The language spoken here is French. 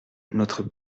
notre